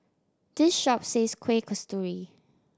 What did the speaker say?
this shop sells Kuih Kasturi